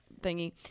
thingy